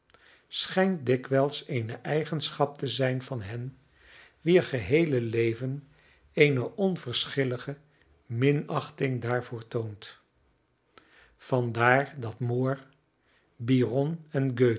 schijnt dikwijls eene eigenschap te zijn van hen wier geheele leven eene onverschillige minachting daarvoor toont vandaar dat moore byron en